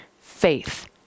faith